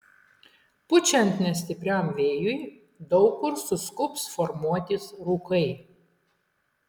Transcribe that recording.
pučiant nestipriam vėjui daug kur suskubs formuotis rūkai